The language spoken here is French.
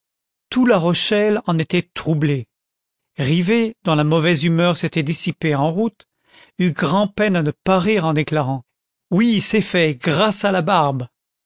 tout la rochelle en était troublé rivet dont la mauvaise humeur s'était dissipée en route eut grand'peine à ne pas rire en déclarant oui c'est fait grâce à labarbe